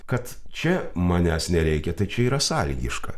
kad čia manęs nereikia tačiau yra sąlygiška